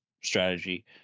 strategy